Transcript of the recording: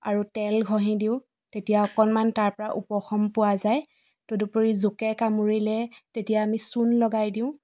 আৰু তেল ঘঁহি দিওঁ তেতিয়া অকণমান তাৰপৰা উপশম পোৱা যায় তদুপৰি জোকে কামুৰিলে তেতিয়া আমি চূণ লগাই দিওঁ